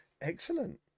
Excellent